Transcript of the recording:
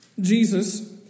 Jesus